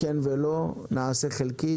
אם כן או לא, אם תעשו חלקית.